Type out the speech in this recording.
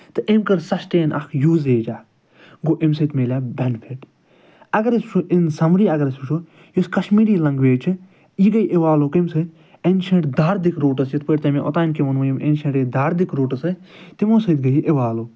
تہٕ أمۍ کٔر سَسٹین اَکھ یوٗزیج اَکھ گوٚو أمۍ سۭتۍ ملیو بٮ۪نِفِٹ اگر أسۍ وُچھَو اِن سمری اگر أسۍ وُچھَو یۄس کشمیٖری لَنٛگویج چھِ یہِ گٕے اِوالوٗ کٔمۍ سۭتۍ اٮ۪نشَنٛٹ دارٕدِک روٗٹٕس یِتھ پٲٹھۍ تۄہہِ مےٚ اوٚتانۍ کہ وُنمَو یِم اٮ۪نشَنٛٹ ییٚتہِ دارٕدِک روٗٹٕس ٲسۍ تِمَو سۭتۍ گٕے یہِ اِوالوٗ